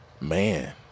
man